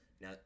Now